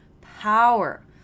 power